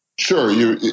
Sure